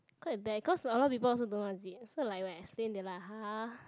quite bad because a lot of people also don't know what is it so like when I explain they like !huh!